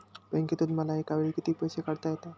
बँकेतून मला एकावेळी किती पैसे काढता येतात?